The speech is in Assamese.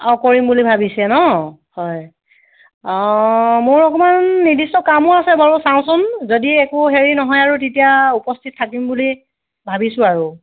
অঁ কৰিম বুলি ভাবিছে নহ্ হয় অঁ মোৰ অকণমান নিৰ্দিষ্ট কামো আছে বাৰু চাওঁচোন যদি একো হেৰি নহয় আৰু তেতিয়া উপস্থিত থাকিম বুলি ভাবিছোঁ আৰু